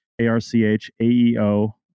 A-R-C-H-A-E-O